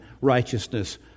righteousness